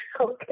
Okay